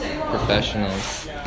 professionals